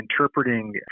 interpreting